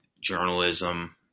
journalism